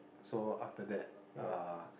so after that uh